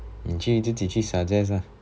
你去自己去 suggest lah